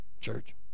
Church